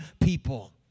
people